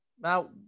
now